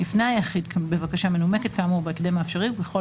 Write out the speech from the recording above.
יפנה היחיד בבקשה מנומקת כאמור בהקדם האפשרי וככל